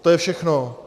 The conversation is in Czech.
To je všechno.